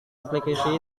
aplikasi